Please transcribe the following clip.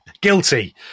guilty